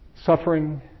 suffering